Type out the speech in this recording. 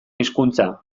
hizkuntza